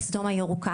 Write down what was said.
פרויקט סטומה ירוקה,